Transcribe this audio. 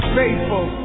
faithful